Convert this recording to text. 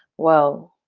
well,